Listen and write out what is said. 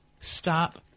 Stop